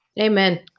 Amen